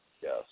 Yes